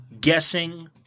guessing